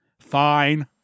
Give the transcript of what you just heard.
fine